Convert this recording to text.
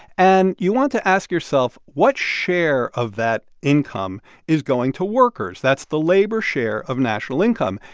and you want to ask yourself, what share of that income is going to workers? that's the labor share of national income.